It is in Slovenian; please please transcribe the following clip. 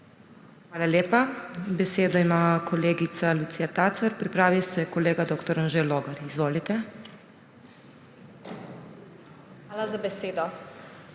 Hvala lepa. Besedo ima kolegica Lucija Tacer. Pripravi se kolega dr. Anže Logar. Izvolite. LUCIJA TACER